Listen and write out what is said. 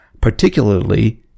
particularly